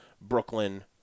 Brooklyn